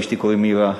לאשתי קוראים אירה.